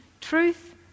truth